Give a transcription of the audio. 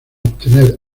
obtener